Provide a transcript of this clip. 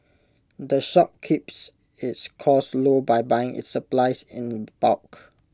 the shop keeps its costs low by buying its supplies in bulk